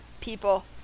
people